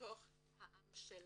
בתוך העם שלנו.